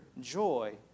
joy